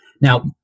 Now